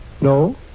No